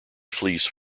fleece